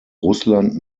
russland